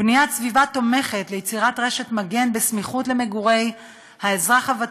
בניית סביבה תומכת ליצירת רשת מגן סמוך למגורי האזרח הוותיק,